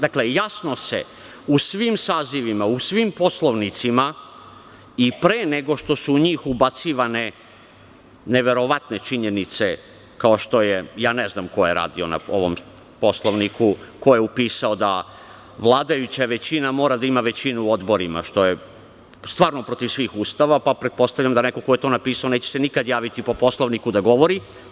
Dakle, jasno se u svim sazivima, u svim poslovnicima i pre nego što su u njih ubacivane neverovatne činjenice kao što je, ne znam ko je radio na ovom poslovniku, ko je upisao da vladajuća većina mora da ima većinu u odborima, što je stvarno protiv svih ustava, pa pretpostavljam da neko ko je to napisao neće se nikad javiti po Poslovniku da govori.